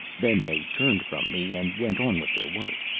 then they turned from me and went on with their work,